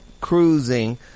cruising